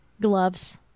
Gloves